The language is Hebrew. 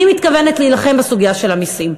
אני מתכוונת להילחם בסוגיה של המסים,